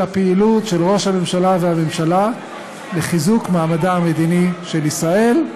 הפעילות של ראש הממשלה והממשלה לחיזוק מעמדה המדיני של ישראל,